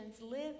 live